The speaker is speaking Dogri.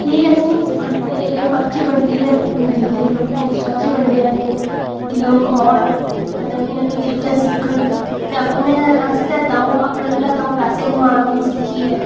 एह् असेंगी सखांदे एह् पर्चें बंडियै दिंदे लोकें च लोकें पर्चें बंडे जंदे कि लोक औन ते नमियां नमियां चीज़ां सिक्खन ते अपने आस्तै द'ऊं अपने बल्लै द'ऊं पैसे कमान उ'नेंगी सिक्खियै